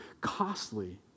costly